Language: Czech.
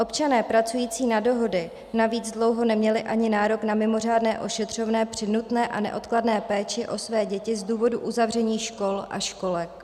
Občané pracující na dohody navíc dlouho neměli ani nárok na mimořádné ošetřovné při nutné a neodkladné péči o své děti z důvodu uzavření škol a školek.